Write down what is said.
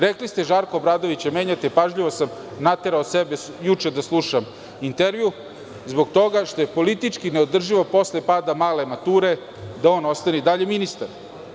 Rekli ste da Žarka Obradovića menjate, pažljivo sam naterao sebe juče da slušam intervju, zbog toga što je politički neodrživo posle pada male mature da on ostane i dalje ministar.